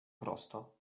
prosto